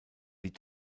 die